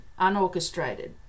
unorchestrated